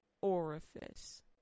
orifice